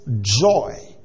joy